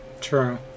True